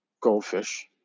goldfish